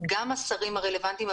גם לשרים הרלוונטיים,